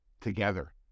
together